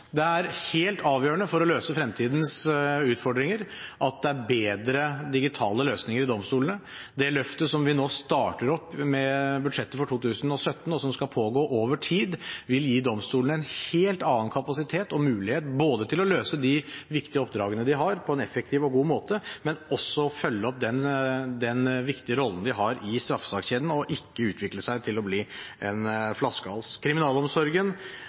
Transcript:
Det er helt avgjørende for å løse fremtidens utfordringer at det er bedre digitale løsninger i domstolene. Det løftet som vi nå starter opp med budsjettet for 2017, og som skal pågå over tid, vil gi domstolene en helt annen kapasitet og mulighet både til å løse de viktige oppdragene de har, på en effektiv og god måte, og til å følge opp den viktige rollen de har i straffesakskjeden, og ikke utvikle seg til en flaskehals. Kriminalomsorgen